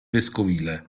vescovile